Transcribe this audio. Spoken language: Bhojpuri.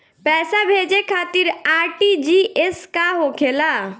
पैसा भेजे खातिर आर.टी.जी.एस का होखेला?